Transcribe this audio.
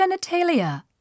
genitalia